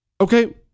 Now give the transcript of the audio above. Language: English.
Okay